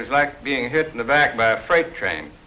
like being hit in the back by a freight train.